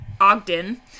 Ogden